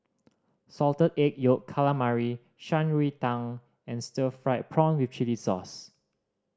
Salted Egg Yolk Calamari Shan Rui Tang and stir fried prawn with chili sauce